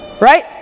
Right